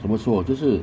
怎么说这是